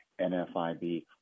NFIB